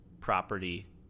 property